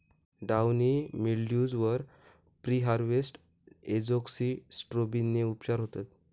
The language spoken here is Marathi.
डाउनी मिल्ड्यूज वर प्रीहार्वेस्ट एजोक्सिस्ट्रोबिनने उपचार होतत